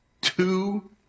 Two